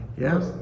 Yes